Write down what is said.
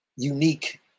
unique